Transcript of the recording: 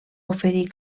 oferir